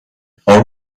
خوام